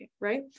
Right